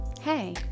Hey